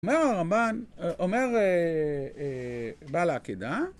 אומר הרמב״ן, אומר בעל העקידה